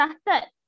started